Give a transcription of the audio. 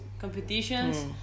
competitions